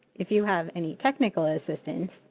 if you have any technical assistance,